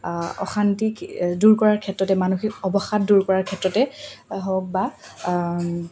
অশান্তিক দূৰ কৰাৰ ক্ষেত্ৰতে মানসিক অৱসাত দূৰ কৰাৰ ক্ষেত্ৰতে হওক বা